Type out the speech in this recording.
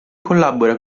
collabora